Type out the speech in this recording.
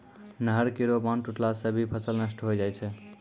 नहर केरो बांध टुटला सें भी फसल नष्ट होय जाय छै